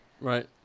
Right